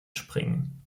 springen